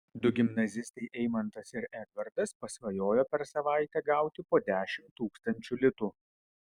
du gimnazistai eimantas ir edvardas pasvajojo per savaitę gauti po dešimt tūkstančių litų